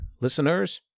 listeners